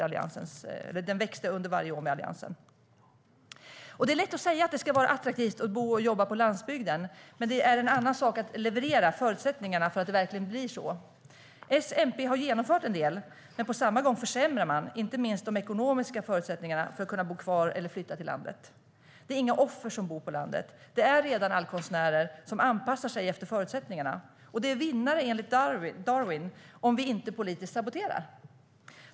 Välfärden växte varje år med Alliansen. Det är lätt att säga att det ska vara attraktivt att bo och jobba på landsbygden. Men det är en annan sak att leverera förutsättningarna för att det verkligen blir så. S-MP har genomfört en del, men på samma gång försämrar de inte minst de ekonomiska förutsättningarna för att kunna bo kvar eller flytta till landet. Det är inga offer som bor på landet. Det är redan allkonstnärer som anpassar sig efter förutsättningarna. De är vinnare, enligt Darwin, om vi inte saboterar politiskt.